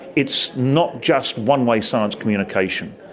it's not just one-way science communication,